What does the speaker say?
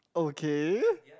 okay